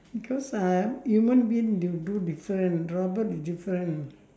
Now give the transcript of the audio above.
because uh human being they will do different robot is different